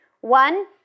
One